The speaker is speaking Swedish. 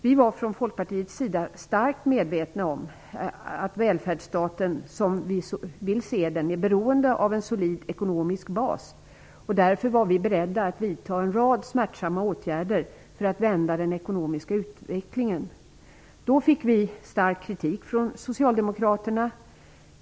Vi var från Folkpartiets sida mycket medvetna om att välfärdsstaten, som vi vill se den, är beroende av en solid ekonomisk bas. Därför var vi beredda att vidta en rad smärtsamma åtgärder för att vända den ekonomiska utvecklingen. Då fick vi stark kritik från socialdemokraterna.